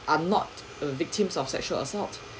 are not a victims of sexual assault